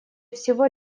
всего